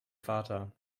vater